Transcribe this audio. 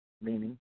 meaning